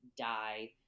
die